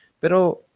pero